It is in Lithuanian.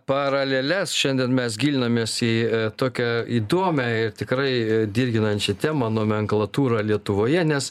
paraleles šiandien mes gilinamės į tokią įdomią ir tikrai dirginančią temą nomenklatūrą lietuvoje nes